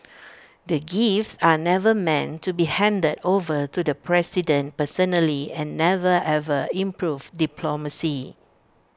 the gifts are never meant to be handed over to the president personally and never ever improved diplomacy